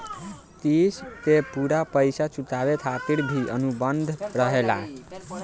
क़िस्त के पूरा पइसा चुकावे खातिर भी अनुबंध रहेला